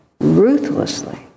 ruthlessly